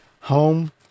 home